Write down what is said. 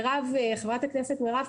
חברת הכנסת מירב,